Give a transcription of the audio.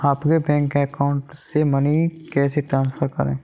अपने bank account से money कैसे ट्रांसफर करें?